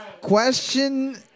Question